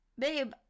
Babe